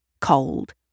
cold